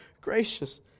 gracious